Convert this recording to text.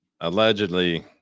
Allegedly